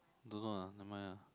don't know lah never mind lah